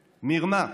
מרמה,